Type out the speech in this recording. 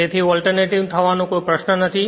તેથી ઓલ્ટર્નેટિંગ થવાનો કોઈ પ્રશ્ન નથી